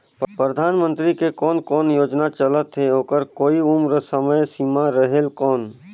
परधानमंतरी के कोन कोन योजना चलत हे ओकर कोई उम्र समय सीमा रेहेल कौन?